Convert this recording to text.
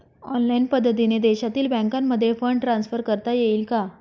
Online पद्धतीने देशातील बँकांमध्ये फंड ट्रान्सफर करता येईल का?